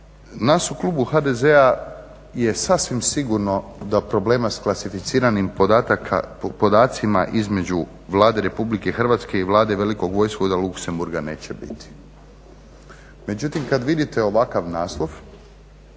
Nas u Klubu HDZ-a je sasvim sigurno da problema klasificiranim podacima između Vlade Republike Hrvatske i Vlade Velikog Vojvodstva od Luxemburga neće biti. Međutim, kada vidite ovakav naslov